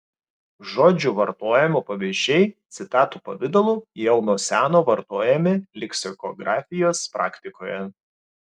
žodžių vartojimo pavyzdžiai citatų pavidalu jau nuo seno vartojami leksikografijos praktikoje